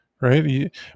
right